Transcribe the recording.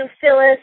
Phyllis